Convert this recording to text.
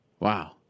Wow